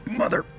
mother